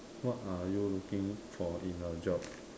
what are you looking for in a job